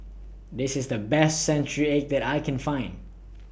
This IS The Best Century Egg that I Can Find